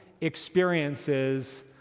experiences